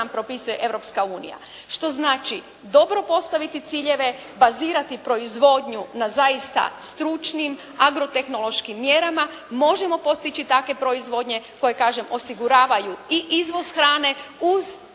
nam propisuje Europska unija. Što znači dobro postaviti ciljeve, bazirati proizvodnju na zaista stručnim, agrotehnološkim mjerama, možemo postići takve proizvodnje koje kažem osiguravaju i izvoz hrane uz